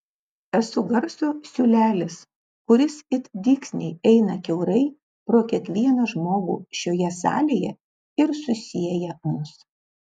esu garso siūlelis kuris it dygsniai eina kiaurai pro kiekvieną žmogų šioje salėje ir susieja mus